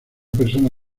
persona